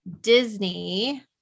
Disney